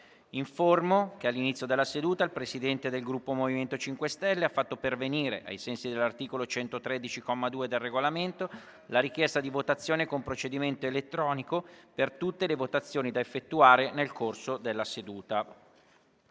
che all'inizio della seduta il Presidente del Gruppo MoVimento 5 Stelle ha fatto pervenire, ai sensi dell'articolo 113, comma 2, del Regolamento, la richiesta di votazione con procedimento elettronico per tutte le votazioni da effettuare nel corso della seduta.